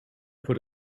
put